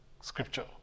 scripture